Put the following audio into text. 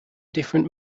different